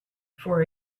for